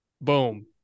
boom